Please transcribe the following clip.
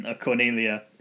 Cornelia